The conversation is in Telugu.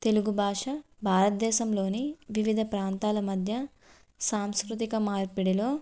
తెలుగు భాష భారత దేశంలోని వివిధ ప్రాంతాల మధ్య సాంస్కృతిక మార్పిడిలో